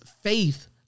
faith